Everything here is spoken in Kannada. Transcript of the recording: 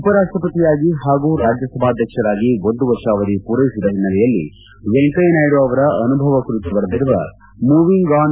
ಉಪರಾಷ್ಷಪತಿಯಾಗಿ ಹಾಗೂ ರಾಜ್ಯಸಭಾಧ್ಯಕ್ಷರಾಗಿ ಒಂದು ವರ್ಷ ಅವಧಿ ಪೂರ್ಲೆಸಿದ ಹಿನ್ನೆಲೆಯಲ್ಲಿ ವೆಂಕಯ್ನನಾಯ್ಲು ಅವರ ಅನುಭವ ಕುರಿತು ಬರೆದಿರುವ ಮೂವಿಂಗ್ ಆನ್